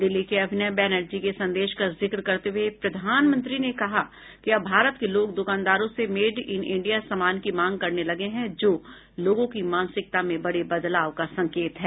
दिल्ली के अभिनव बैनर्जी के संदेश का जिक्र करते हुए प्रधानमंत्री ने कहा कि अब भारत के लोग दुकानदारों से मेड इन इंडिया सामान की मांग करने लगे हैं जो लोगों की मानसिकता में बड़े बदलाव का संकेत है